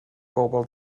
bobol